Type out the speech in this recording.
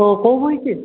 ଓ କୋଉ ବହି କି